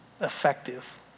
effective